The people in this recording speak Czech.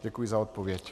Děkuji za odpověď.